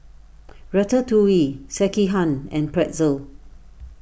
Ratatouille Sekihan and Pretzel